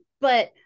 but-